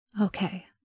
Okay